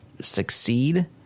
succeed